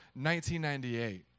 1998